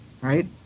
right